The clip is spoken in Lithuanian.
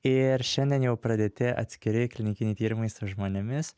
ir šiandien jau pradėti atskiri klinikiniai tyrimai su žmonėmis